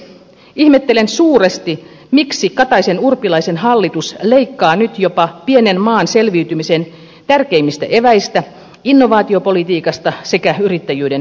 ihmettelen suuresti miksi kataisenurpilaisen hallitus leikkaa nyt jopa pienen maan selviytymisen tärkeimmistä eväistä innovaatiopolitiikasta sekä yrittäjyyden edellytyksistä